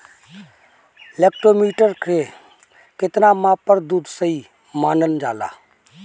Lactometer के कितना माप पर दुध सही मानन जाला?